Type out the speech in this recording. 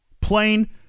Plain